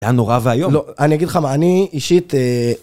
היה נורא ואיום. לא, אני אגיד לך מה, אני אישית...